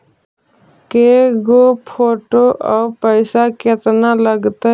के गो फोटो औ पैसा केतना लगतै?